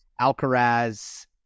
Alcaraz